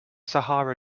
sahara